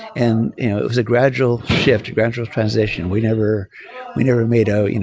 and you know it was a gradual shift, a gradual transition. we never we never made out, you know